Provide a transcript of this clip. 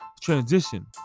Transition